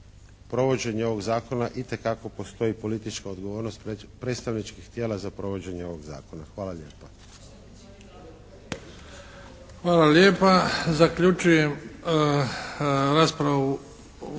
provođenje ovog zakona itekako postoji politička odgovornost predstavničkih tijela za provođenje ovog zakona. Hvala lijepa. **Bebić, Luka (HDZ)** Hvala lijepa. Zaključujem raspravu